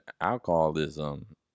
alcoholism